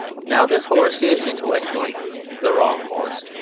now this horse is intellectually the wrong horse.